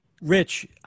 Rich